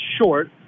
short